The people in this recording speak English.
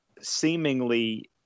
seemingly –